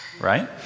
right